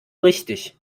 richtig